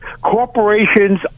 Corporations